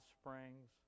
Springs